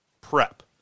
prep